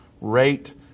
rate